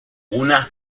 una